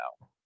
now